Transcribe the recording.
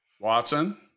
Watson